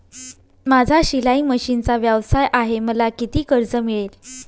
माझा शिलाई मशिनचा व्यवसाय आहे मला किती कर्ज मिळेल?